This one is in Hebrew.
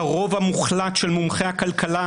הרוב המוחלט של מומחי הכלכלה,